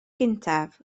gyntaf